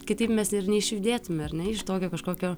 kitaip mes ir neišjudėtume ar ne iš tokio kažkokio